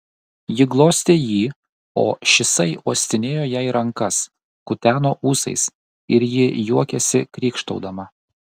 ji glostė jį o šisai uostinėjo jai rankas kuteno ūsais ir ji juokėsi krykštaudama